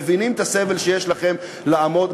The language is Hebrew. מבינים את הסבל שיש לכם בלעמוד.